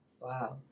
Wow